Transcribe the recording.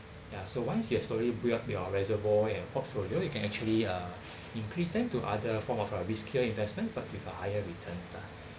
ya so once you have slowly build up your reservoir and portfolio you can actually uh increase them to other form of uh riskier investments such uh but with higher returns lah